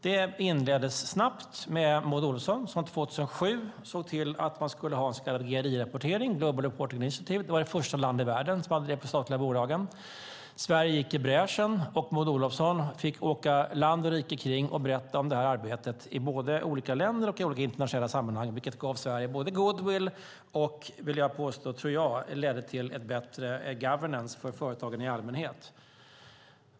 Det inleddes snabbt med Maud Olofsson, som 2007 såg till att man skulle ha en så kallad GRI-rapportering, global reporting initiative. Det var första landet i världen som hade detta för statliga bolag. Sverige gick alltså i bräschen. Maud Olofsson fick åka land och rike kring och berätta om detta arbete - både i olika länder och i olika internationella sammanhang, vilket inte bara gav Sverige goodwill utan även, vill jag påstå, ledde till ett bättre governance för företagen i allmänhet.